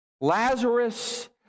Lazarus